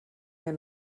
mir